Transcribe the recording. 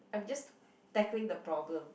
I'm just tackling the problem